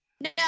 No